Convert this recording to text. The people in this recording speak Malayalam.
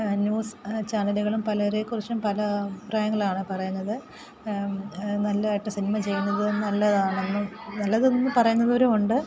ന്യൂസ് ചേനലുകളും പലരെക്കുറിച്ചും പല അഭിപ്രായങ്ങളാണ് പറയുന്നത് നല്ലതായിട്ടു സിനിമ ചെയ്യുന്നത് നല്ലതാണെന്നും നല്ലതെന്നു പറയുന്നവരും ഉണ്ട്